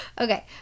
Okay